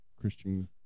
Christian